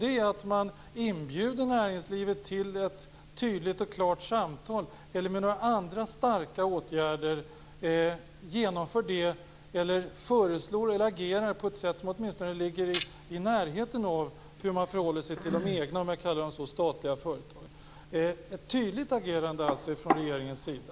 Det kan vara att man inbjuder näringslivet till ett tydligt och klart samtal, eller med andra starka åtgärder genomför det, eller föreslår och agerar på ett sätt som åtminstone ligger i närheten av hur man förhåller sig till de egna, om jag kan kalla de statliga företagen så. Jag efterlyser alltså ett tydligt agerande från regeringens sida.